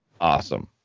Awesome